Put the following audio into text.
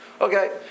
Okay